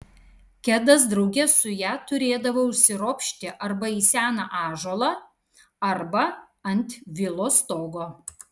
kedas drauge su ja turėdavo užsiropšti arba į seną ąžuolą arba ant vilos stogo